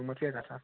قۭمتھ کیاہ گَژھان